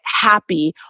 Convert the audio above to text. happy